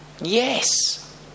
Yes